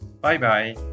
Bye-bye